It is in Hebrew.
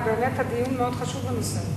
הדיון באמת חשוב בנושא הזה.